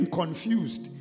confused